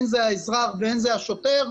הן זה האזרח והן זה השוטר,